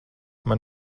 man